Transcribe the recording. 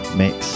mix